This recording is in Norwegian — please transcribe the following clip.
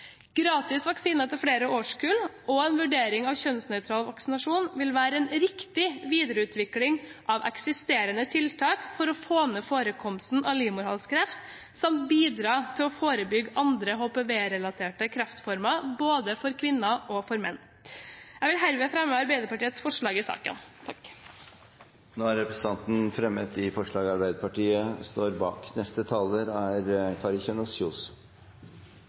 Gratis vaksine til flere årskull og en vurdering av kjønnsnøytral vaksinasjon vil være en riktig videreutvikling av eksisterende tiltak for å få ned forekomsten av livmorhalskreft samt bidra til å forebygge andre HPV-relaterte kreftformer, for både kvinner og menn. Jeg vil herved fremme Arbeiderpartiets forslag i saken. Representanten Karianne O. Tung har fremmet de forslagene hun refererte til. Livmorhalskreft er